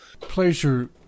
Pleasure